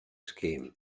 scheme